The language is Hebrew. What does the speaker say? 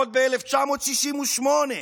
עוד ב-1968.